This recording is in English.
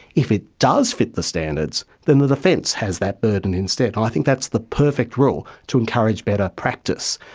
if it does fit the standards, then the defence has that burden instead. i think that's the perfect rule to encourage better practice.